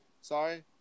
Sorry